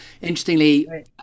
interestingly